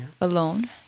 alone